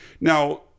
now